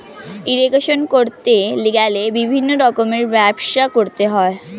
irrigation করতে গেলে বিভিন্ন রকমের ব্যবস্থা করতে হয়